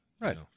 Right